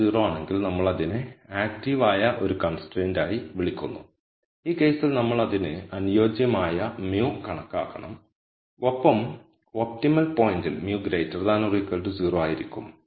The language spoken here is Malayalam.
g0 ആണെങ്കിൽ നമ്മൾ അതിനെ ആക്റ്റീവ് ആയ ഒരു കൺസ്ട്രൈന്റ് ആയി വിളിക്കുന്നു ഈ കേസിൽ നമ്മൾ അതിന് അനുയോജ്യമായ μ കണക്കാക്കണം ഒപ്പം ഒപ്റ്റിമൽ പോയിന്റിൽ μ0 ആയിരിക്കും